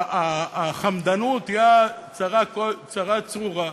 החמדנות היא צרה צרורה.